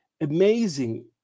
amazing